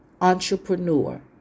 entrepreneur